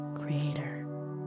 creator